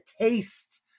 taste